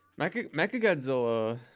Mechagodzilla